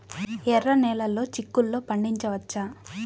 ఎర్ర నెలలో చిక్కుల్లో పండించవచ్చా?